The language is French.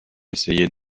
essayé